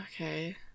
Okay